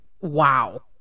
wow